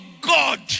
God